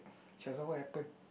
she ask what happen